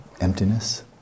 emptiness